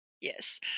Yes